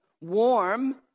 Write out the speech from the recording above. warm